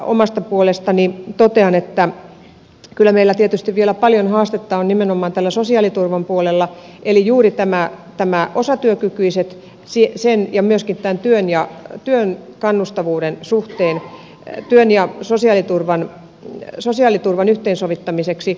omasta puolestani totean että kyllä meillä tietysti vielä paljon haastetta on nimenomaan tällä sosiaaliturvan puolella eli juuri osatyökykyisten ja myöskin työn kannustavuuden suhteen työn ja sosiaaliturvan yhteensovittamiseksi